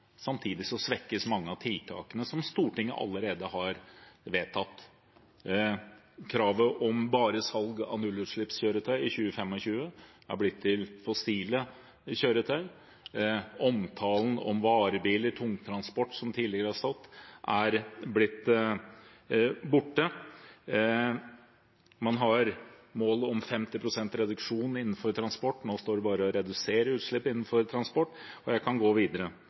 mange av tiltakene som Stortinget allerede har vedtatt, svekkes: Kravet om at det bare skal selges nullutslippskjøretøy i 2025, er blitt til «fossilfrie kjøretøy». Den tidligere omtalen av varebiler og tungtransport er blitt borte. Når det gjelder målet om 50 pst. reduksjon innenfor transport, står det nå bare at man vil redusere utslipp innenfor transport. Og jeg kan gå videre: